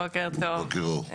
בוקר טוב.